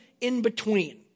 in-between